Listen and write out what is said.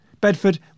Bedford